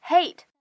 Hate